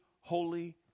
holy